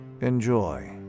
Enjoy